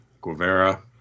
Guevara